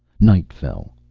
night fell.